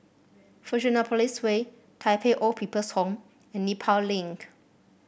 Fusionopolis Way Tai Pei Old People's Home and Nepal Link